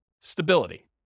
stability